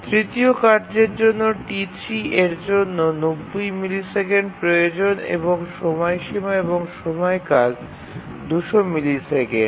তৃতীয় কার্যের জন্য T3 এর জন্য ৯০ মিলি সেকেন্ড প্রয়োজন এবং সময়সীমা এবং সময়কাল ২০০ মিলিসেকেন্ড